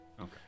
okay